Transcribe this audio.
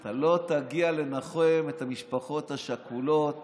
אתה לא תגיע לנחם את המשפחות השכולות